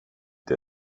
det